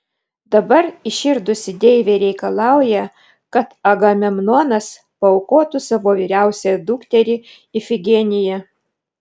dabar įširdusi deivė reikalauja kad agamemnonas paaukotų savo vyriausiąją dukterį ifigeniją